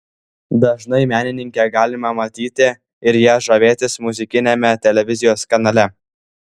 dažnai menininkę galime matyti ir ja žavėtis muzikiniame televizijos kanale